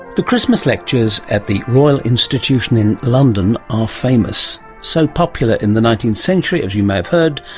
the christmas lectures at the royal institution in london are famous, so popular in the nineteenth century, as you may have heard,